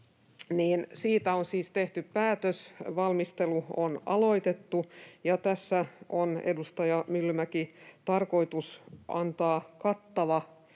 on siis tehty päätös. Valmistelu on aloitettu, ja tässä on, edustaja Myllykoski, tarkoitus antaa kattava